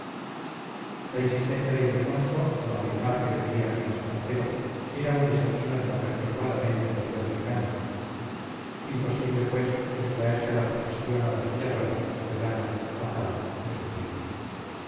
la insistencia de ildefonso al afirmar que vendría con espartero era un desatino de la perturbada mente del buen mecánico imposible pues sustraerse a la sugestión avasalladora soberana fatal de su primo